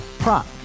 Prop